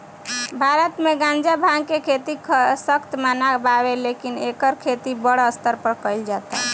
भारत मे गांजा, भांग के खेती सख्त मना बावे लेकिन एकर खेती बड़ स्तर पर कइल जाता